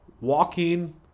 walking